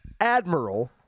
admiral